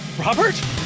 Robert